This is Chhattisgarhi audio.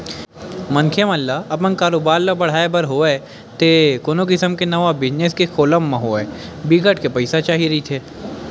मनखे मन ल अपन कारोबार ल बड़हाय बर होवय ते कोनो किसम के नवा बिजनेस के खोलब म होवय बिकट के पइसा चाही रहिथे